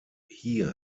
hier